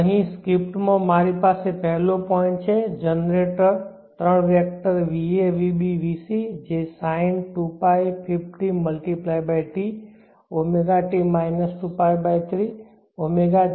અહીં સ્ક્રિપ્ટમાં મારી પાસે પહેલો પોઇન્ટ છે જનરેટર ત્રણ વેક્ટર va vb vc જે sin2π50×t ωt 2π3 ωt 4π3